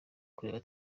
kureba